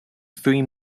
three